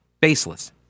baseless